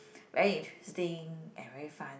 very interesting and very fun